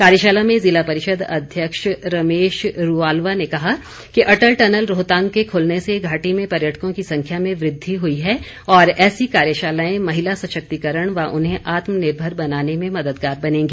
कार्यशाला में ज़िला परिषद अध्यक्ष रमेश रूआलवा ने कहा कि अटल टनल रोहतांग के ख़ुलने से घाटी में पर्यटकों की संख्या में वृद्धि हई है और ऐसी कार्यशालाएं महिला सशक्तिकरण व उन्हें आत्मनिर्भर बनाने में मददगार बनेगी